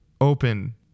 open